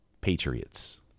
Patriots